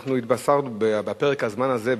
ואנחנו התבשרנו בפרק הזמן הזה,